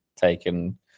taken